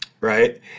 right